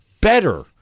better